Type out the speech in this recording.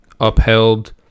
upheld